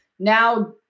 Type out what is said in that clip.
Now